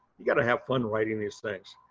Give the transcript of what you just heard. you got to have fun writing these things,